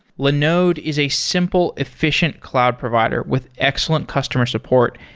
linode is a simple, efficient cloud provider with excellent customer support,